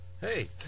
Hey